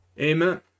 Amen